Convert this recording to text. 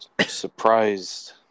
surprised